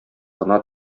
гына